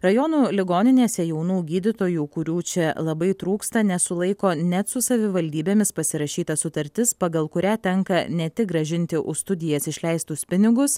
rajonų ligoninėse jaunų gydytojų kurių čia labai trūksta nesulaiko net su savivaldybėmis pasirašyta sutartis pagal kurią tenka ne tik grąžinti už studijas išleistus pinigus